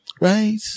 right